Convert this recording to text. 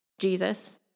Jesus